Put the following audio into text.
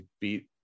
beat